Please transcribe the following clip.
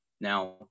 Now